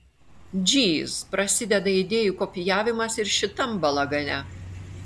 džyz prasideda idėjų kopijavimas ir šitam balagane